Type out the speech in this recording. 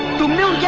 to me.